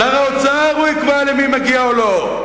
שר האוצר, הוא יקבע למי מגיע ולמי לא.